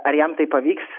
ar jam tai pavyks